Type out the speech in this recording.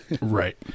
right